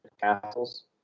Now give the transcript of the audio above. castles